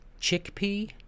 chickpea